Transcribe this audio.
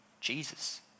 Jesus